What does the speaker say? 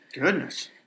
Goodness